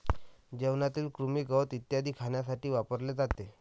जेवणातील कृमी, गवत इत्यादी खाण्यासाठी वापरले जाते